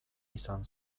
izan